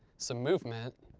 some movement.